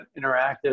interactive